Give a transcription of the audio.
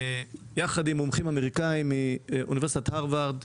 יחד עם מומחים אמריקאים מאוניברסיטת הרווארד,